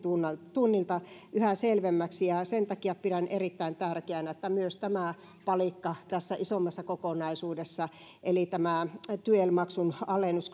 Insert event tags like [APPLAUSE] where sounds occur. tunnilta yhä selvemmäksi ja sen takia pidän erittäin tärkeänä että myös tämä palikka tässä isommassa kokonaisuudessa eli tyel maksun alennus [UNINTELLIGIBLE]